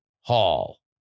Hall